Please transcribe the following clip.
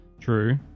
True